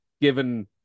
given